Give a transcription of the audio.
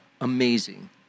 amazing